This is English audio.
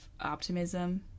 optimism